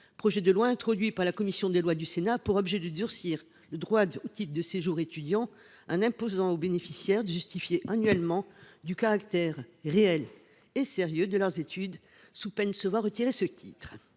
projet de loi, introduit par la commission des lois du Sénat, durcit le droit au titre de séjour étudiant en imposant aux bénéficiaires de justifier annuellement du caractère « réel et sérieux » de leurs études sous peine de se voir retirer ce titre.